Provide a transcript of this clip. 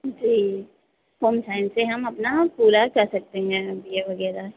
जी home science से हम अपना पूरा कर सकते हैं एम बी ए वगैरह